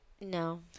no